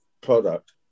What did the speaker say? product